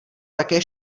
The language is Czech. také